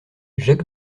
jacques